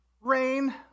Rain